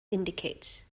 indicates